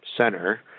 center